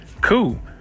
cool